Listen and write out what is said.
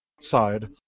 side